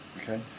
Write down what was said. okay